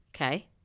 Okay